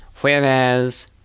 Whereas